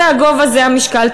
זה הגובה, זה המשקל.